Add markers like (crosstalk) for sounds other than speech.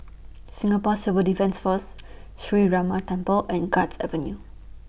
(noise) Singapore Civil Defence (noise) Force Sree Ramar Temple and Guards (noise) Avenue